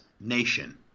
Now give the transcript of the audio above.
Nation